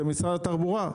זה משרד התחבורה.